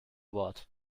wort